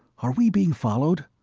are we being followed?